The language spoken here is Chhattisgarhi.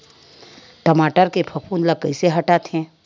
टमाटर के फफूंद ल कइसे हटाथे?